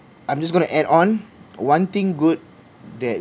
I'm just gonna add on one thing good that